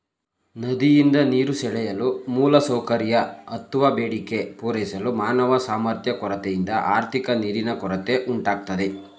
ನದಿಯಿಂದ ನೀರು ಸೆಳೆಯಲು ಮೂಲಸೌಕರ್ಯ ಅತ್ವ ಬೇಡಿಕೆ ಪೂರೈಸಲು ಮಾನವ ಸಾಮರ್ಥ್ಯ ಕೊರತೆಯಿಂದ ಆರ್ಥಿಕ ನೀರಿನ ಕೊರತೆ ಉಂಟಾಗ್ತದೆ